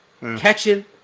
catching